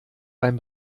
beim